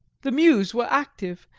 the mews were active,